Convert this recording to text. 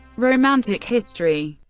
romantic history